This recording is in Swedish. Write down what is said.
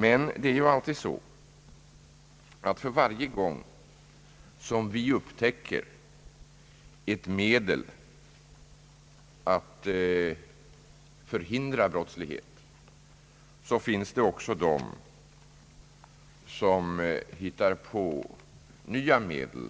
Men det är ju å andra sidan alltid så, att för varje gång vi uppfinner ett medel att förhindra brottslighet, finns det också de som hittar på nya medel